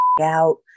out